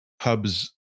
Hub's